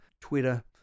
Twitter